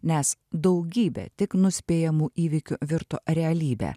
nes daugybė tik nuspėjamų įvykių virto realybe